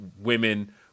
women